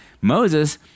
Moses